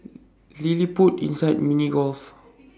LilliPutt inside Mini Golf